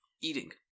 eating